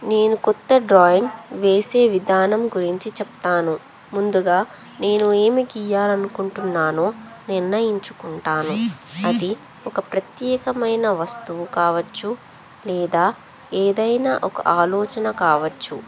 నేను కొత్త డ్రాయింగ్ వేసే విధానం గురించి చెప్తాను ముందుగా నేను ఏమి గీయాలనుకుంటున్నానో నిర్ణయించుకుంటాను అది ఒక ప్రత్యేకమైన వస్తువు కావచ్చు లేదా ఏదైనా ఒక ఆలోచన కావచ్చు